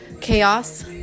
chaos